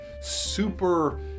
super